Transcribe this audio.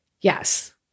Yes